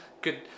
Good